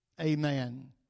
Amen